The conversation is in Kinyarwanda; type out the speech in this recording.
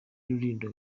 rulindo